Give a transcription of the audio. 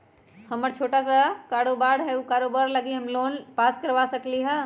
हमर छोटा सा कारोबार है उ कारोबार लागी हम छोटा लोन पास करवा सकली ह?